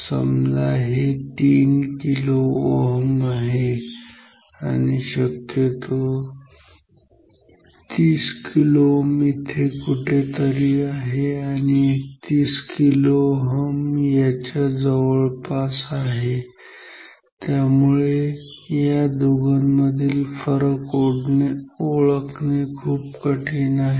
समजा हे 3 kΩ आहे शक्यतो 30 kΩ येथे कुठेतरी आहे आणि 31 kΩ याच्या खूप जवळपास आहे आणि त्यामुळे या दोघांमधील फरक ओळखणे खूप कठीण आहे